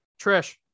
Trish